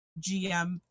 gm